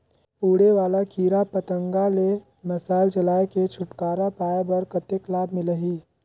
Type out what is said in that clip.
उड़े वाला कीरा पतंगा ले मशाल जलाय के छुटकारा पाय बर कतेक लाभ मिलही?